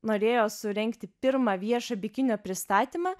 norėjo surengti pirmą viešą bikinio pristatymą